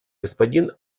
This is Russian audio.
господин